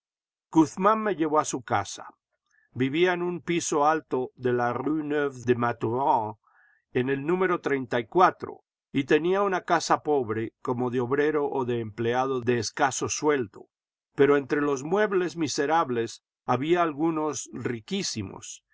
guzmán me llevó a su casa vivía en un piso alto de la rué neuve des mathurins en el número y tenía una casa pobre como de obrero o de empleado de escaso sueldo pero entre los muebles miserables había algunos riquísimos